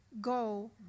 go